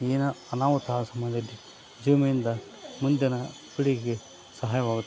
ಏನು ಅನಾಹುತ ಆ ಸಮಯದಲ್ಲಿ ಜೀವ ವಿಮೆಯಿಂದ ಮುಂದಿನ ಪೀಳಿಗೆ ಸಹಾಯವಾಗುತ್ತೆ